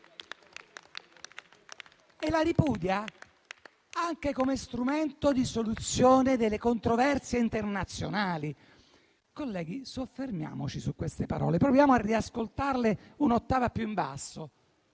e la ripudia anche come strumento di soluzione delle controversie internazionali. Colleghi, soffermiamoci su queste parole e proviamo a riascoltarle un'ottava più in basso.